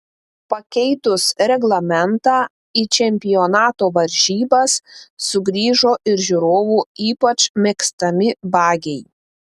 pakeitus reglamentą į čempionato varžybas sugrįžo ir žiūrovų ypač mėgstami bagiai